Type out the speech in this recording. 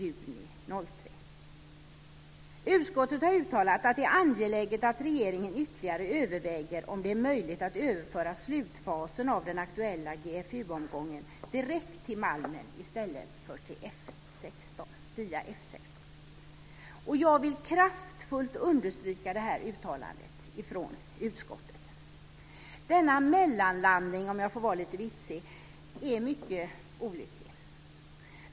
Utskottet har uttalat att det är angeläget att regeringen ytterligare överväger om det är möjligt att överföra slutfasen av den aktuella GFU-omgången direkt till Malmen i stället för via F 16. Jag vill kraftfullt understryka det uttalandet från utskottet. Denna mellanlandning, om jag får vara lite vitsig, är mycket olycklig.